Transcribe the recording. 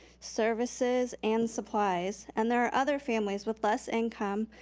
services and supplies. and there are other families with less income,